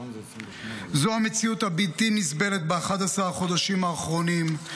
זו המציאות הבלתי-נסבלת ב-11 החודשים האחרונים,